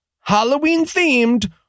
Halloween-themed